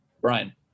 Brian